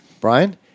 Brian